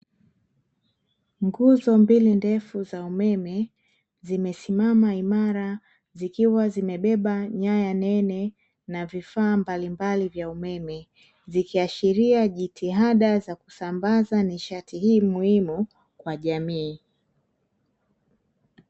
Nguzo mbili ndefu za umeme, zimesimama imara zikiwa zimebeba nyaya nene na vifaa mbalimbali vya umeme, zikiashiria jitihada za kusambaza nishati hii muhimu, kwa jamii.